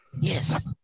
Yes